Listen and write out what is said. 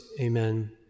amen